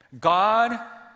God